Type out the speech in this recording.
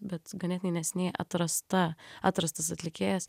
bet ganėtinai neseniai atrasta atrastas atlikėjas